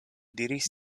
diris